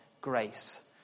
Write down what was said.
grace